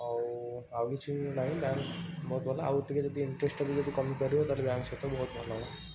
ଆଉ ଆଉ କିଛି ନାହିଁ ଆଉ ଟିକିଏ ଇଣ୍ଟରେଷ୍ଟ କମିପାରିବ ତ ବ୍ୟାଙ୍କ ସହିତ ବହୁତ ଭଲ ହବ